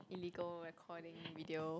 illegal recording video